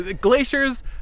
glaciers